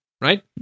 right